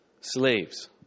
Slaves